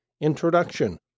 Introduction